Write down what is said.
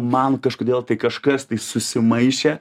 man kažkodėl tai kažkas tai susimaišė